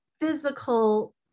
physical